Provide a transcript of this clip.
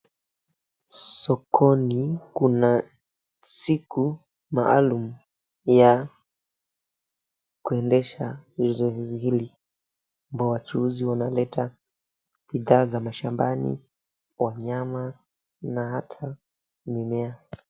Sokoni kuna siku maalum ya kuendesha zoezi hili ambao wachuuzi wanaleta bidhaa za mashambani, wanyama na hata mimea.